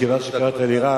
מכיוון שקראת לי רב,